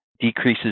decreases